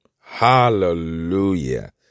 Hallelujah